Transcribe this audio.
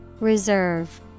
Reserve